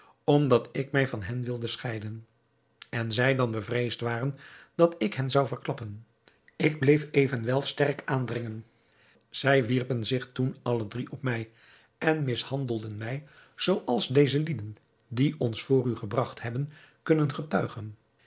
omdat ik mij van hen wilde scheiden en zij dan bevreesd waren dat ik hen zou verklappen ik bleef evenwel sterk aandringen zij wierpen zich toen alle drie op mij en mishandelden mij zooals deze lieden die ons voor u gebragt hebben kunnen getuigen